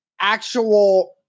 actual